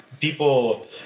people